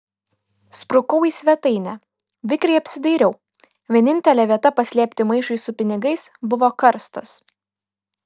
sprukau į svetainę vikriai apsidairiau vienintelė vieta paslėpti maišui su pinigais buvo karstas